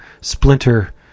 Splinter